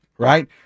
Right